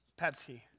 Pepsi